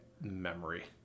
memory